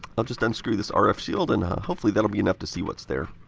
i'll just unscrew this ah rf shield and hopefully that will be enough to see whats there.